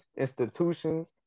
institutions